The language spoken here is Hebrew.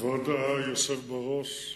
כבוד היושב-ראש,